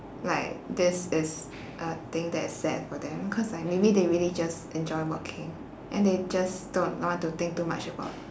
like this is a thing that is sad for them cause like maybe they really just enjoy working and they just don't want to think too much about